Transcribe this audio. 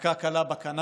מכה קלה בכנף.